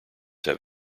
have